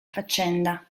faccenda